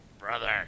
Brother